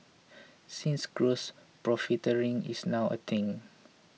since gross profiteering is now a thing